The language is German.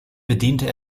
bediente